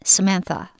Samantha